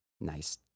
nice